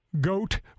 Goat